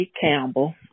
Campbell